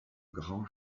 grands